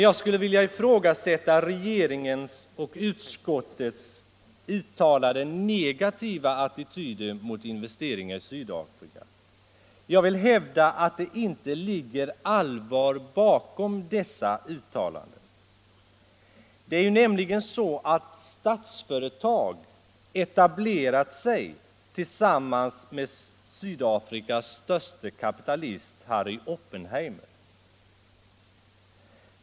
Jag skulle vilja ifrågasätta regeringens och utskottets uttalade negativa attityder mot investeringar i Sydafrika. Jag vill hävda att det inte ligger allvar bakom dessa uttalanden. Det är nämligen så att Statsföretag etablerat sig tillsammans med sydafrikas störste kapitalist Harry Oppenheimer.